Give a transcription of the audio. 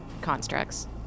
constructs